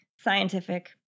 scientific